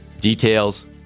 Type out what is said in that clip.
Details